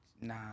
Nah